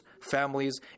families